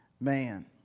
man